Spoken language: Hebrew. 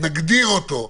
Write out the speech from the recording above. נגדיר אותו,